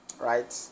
right